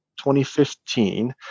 2015